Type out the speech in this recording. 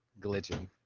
glitching